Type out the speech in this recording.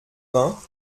vingts